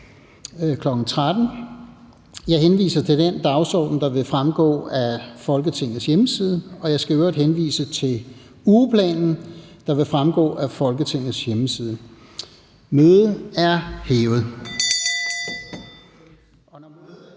kl. 13.00. Jeg henviser til den dagsorden, der vil fremgå af Folketingets hjemmeside. Jeg skal i øvrigt også henvise til ugeplanen, der vil fremgå af Folketingets hjemmeside. Mødet er hævet.